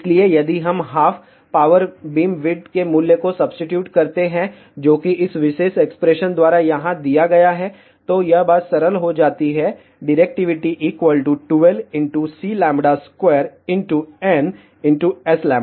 इसलिए यदि हम हाफ पावर बीमविड्थ के मूल्य को सब्सीट्यूट करते हैं जो कि इस विशेष एक्सप्रेशन द्वारा यहाँ दिया गया है तो यह बात सरल हो जाती है Directivity12C2nS